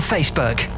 Facebook